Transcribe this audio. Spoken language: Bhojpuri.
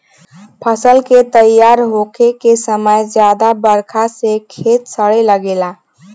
फसल के तइयार होखे के समय ज्यादा बरखा से खेत सड़े लागेला